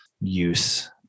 use